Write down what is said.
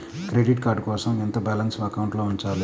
Credit card కోసం ఎంత balance అకౌంట్లో ఉంచాలి?